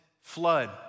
flood